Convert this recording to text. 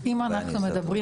אם אנחנו מדברים,